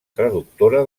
traductora